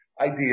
idea